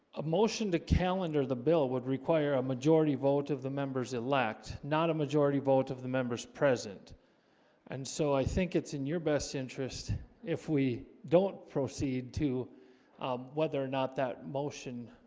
a motion to calendar the bill would require a majority vote of the members elect not a majority vote of the members present and so i think it's in your best interest if we don't proceed to whether or not that motion